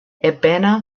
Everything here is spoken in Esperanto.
ebena